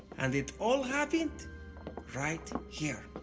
and it all happened right here.